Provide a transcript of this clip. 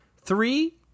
three